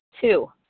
Two